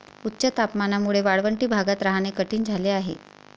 उच्च तापमानामुळे वाळवंटी भागात राहणे कठीण झाले आहे